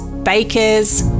bakers